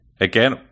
again